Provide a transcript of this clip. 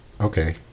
Okay